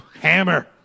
Hammer